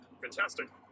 Fantastic